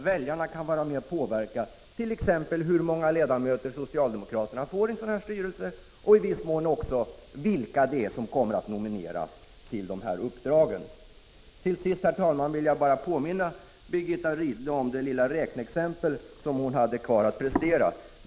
De kan t.ex. påverka antalet socialdemokratiska ledamöter i en sådan här styrelse och i viss mån också vilka som kommer att nomineras till dessa uppdrag.